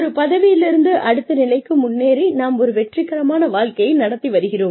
ஒரு பதவியிலிருந்து அடுத்த நிலைக்கு முன்னேறி நாம் ஒரு வெற்றிகரமான வாழ்க்கையை நடத்தி வருகிறோம்